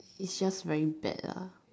it's just very bad lah